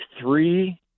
three